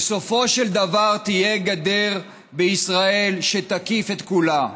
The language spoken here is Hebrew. "בסופו של דבר תהיה גדר בישראל, שתקיף את כולה".